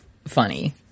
Funny